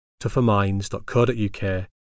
tougherminds.co.uk